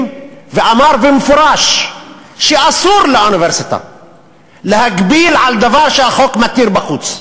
ואמר במפורש שאסור לאוניברסיטה להגביל דבר שהחוק מתיר בחוץ,